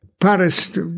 Paris